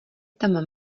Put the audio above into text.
tam